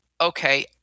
okay